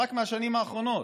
רק מהשנים האחרונות,